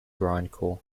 grindcore